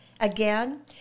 Again